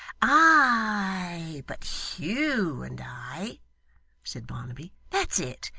aye, but hugh, and i said barnaby that's it.